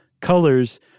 colors